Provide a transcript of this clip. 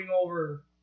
over